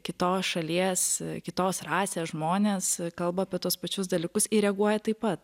kitos šalies kitos rasės žmonės kalba apie tuos pačius dalykus ir reaguoja taip pat